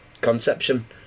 conception